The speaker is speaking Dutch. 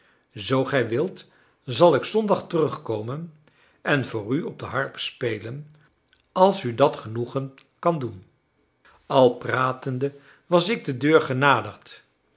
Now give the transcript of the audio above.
zoo gij wilt zal ik zondag terugkomen en voor u op de harp spelen als u dat genoegen kan doen al pratende was ik de deur genaderd